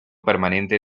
permanente